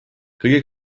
kõige